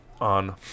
on